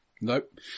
Nope